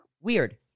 weird